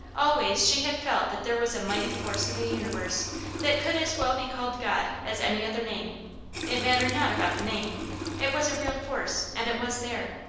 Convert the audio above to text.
always she had felt that there was a mighty force in the universe that could as well be called god as any other name it mattered not about the name it was a real force, and it was there.